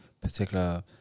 particular